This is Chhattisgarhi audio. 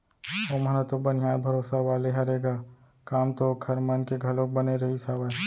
ओमन ह तो बनिहार भरोसा वाले हरे ग काम तो ओखर मन के घलोक बने रहिस हावय